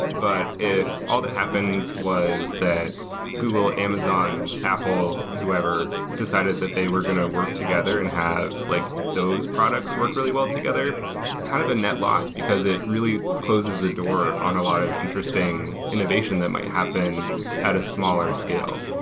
but if all that happened was that google, amazon, apple, whoever, decided that they were going to work together and have like those products work really well together, it's kind of a net lost, because it really closes the door on a lot of interesting innovation that might happen at a smaller scale.